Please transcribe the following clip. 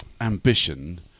ambition